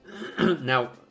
Now